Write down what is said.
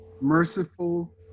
Merciful